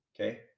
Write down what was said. Okay